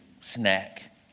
snack